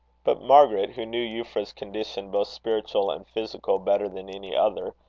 but margaret, who knew euphra's condition, both spiritual and physical, better than any other,